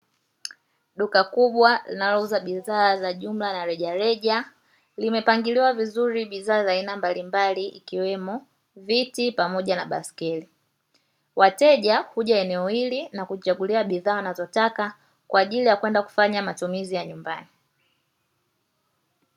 Duka kubwa linalo uza bidhaaa za jumla na reja reja imepangiliwa vizuri bidhaa za aina mbalimbali, ikiwemo viti pamoja na baiskeli. Wateja huja eneo hili na kujichagulia bidhaa wanazotaka kwa ajili ya kwenda kufanya matumizi ya nyumbani.